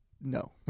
No